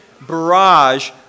barrage